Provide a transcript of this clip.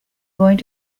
going